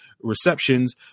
receptions